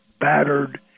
battered